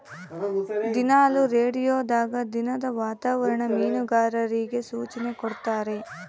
ದಿನಾಲು ರೇಡಿಯೋದಾಗ ದಿನದ ವಾತಾವರಣ ಮೀನುಗಾರರಿಗೆ ಸೂಚನೆ ಕೊಡ್ತಾರ